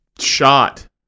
shot